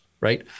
right